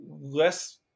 less